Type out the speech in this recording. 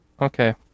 Okay